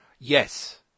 yes